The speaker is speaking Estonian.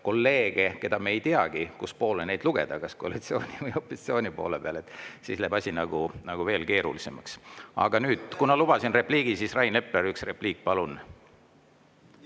kolleege, kelle puhul me ei teagi, kuhu poole neid lugeda, kas koalitsiooni või opositsiooni poole peale, siis läheb asi veel keerulisemaks. Aga nüüd, kuna lubasin repliigi, siis Rain Epler, üks repliik, palun!